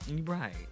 right